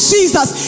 Jesus